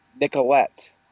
Nicolette